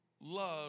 love